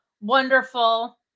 wonderful